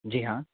जी हाँ